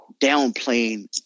downplaying